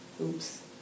Oops